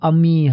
Ami